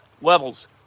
Levels